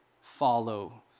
follow